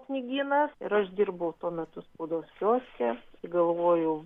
knygynas ir aš dirbau tuo metu spaudos kioske galvojau